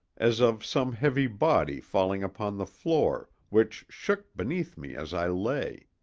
as of some heavy body falling upon the floor, which shook beneath me as i lay.